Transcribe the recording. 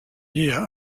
year